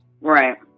Right